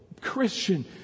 Christian